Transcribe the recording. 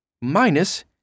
minus